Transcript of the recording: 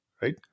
right